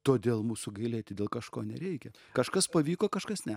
todėl mūsų gailėti dėl kažko nereikia kažkas pavyko kažkas ne